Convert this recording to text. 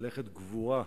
תודה רבה.